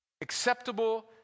acceptable